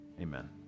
Amen